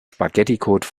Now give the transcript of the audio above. spaghetticode